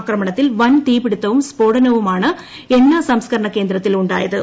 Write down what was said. ആക്രമണത്തിൽ വൻ തീപിടുത്തവും സ്ഫോടനവു മാണ് എണ്ണ സംസ്കരണ കേന്ദ്രത്തിൽ ഉണ്ടായത്